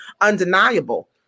undeniable